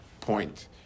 point